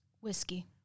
Whiskey